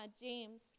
James